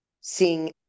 seeing